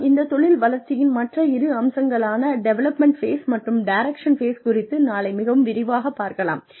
நாம் இந்த தொழில் வளர்ச்சியின் மற்ற இரு அம்சங்களான டெவலப்மெண்ட் ஃபேஸ் மற்றும் டைரக்ஷன் ஃபேஸ் குறித்து நாளை மிகவும் விரிவாக பார்க்கலாம்